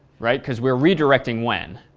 right? because we're redirecting when.